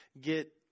get